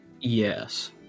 Yes